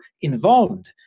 involved